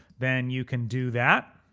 then you can do that.